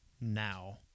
now